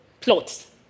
plots